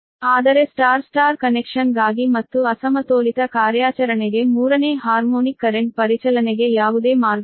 ಆದರೆ star star connection ಗಾಗಿ ಮತ್ತು ಅಸಮತೋಲಿತ ಕಾರ್ಯಾಚರಣೆಗೆ ಮೂರನೇ ಹಾರ್ಮೋನಿಕ್ ಕರೆಂಟ್ ಪರಿಚಲನೆಗೆ ಯಾವುದೇ ಮಾರ್ಗವಿಲ್ಲ